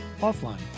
offline